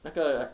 那个